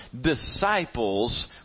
Disciples